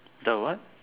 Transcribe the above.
the what